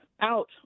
out